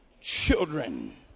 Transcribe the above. children